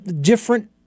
different